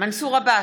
מנסור עבאס,